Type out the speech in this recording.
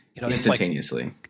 Instantaneously